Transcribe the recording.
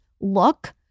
look